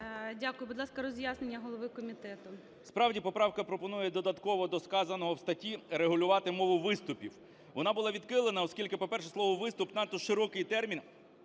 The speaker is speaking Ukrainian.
Дякую. Будь ласка, роз'яснення голови комітету. 10:30:23 КНЯЖИЦЬКИЙ М.Л. Справді, поправка пропонує додатково до сказаного в статті регулювати мову виступів. Вона була відхилена, оскільки, по-перше, слово "виступ"– надто широкий термін,